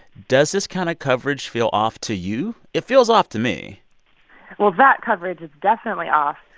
does this kind of coverage feel off to you? it feels off to me well, that coverage is definitely off.